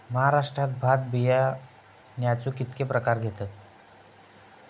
महाराष्ट्रात भात बियाण्याचे कीतके प्रकार घेतत?